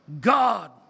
God